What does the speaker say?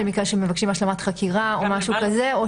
במקרה שמבקשים השלמת חקירה או משהו כזה.